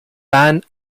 band